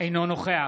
אינו נוכח